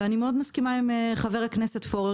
אני מאוד מסכימה עם חבר הכנסת פורר.